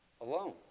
alone